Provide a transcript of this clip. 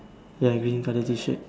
ya I'm green colour T-shirt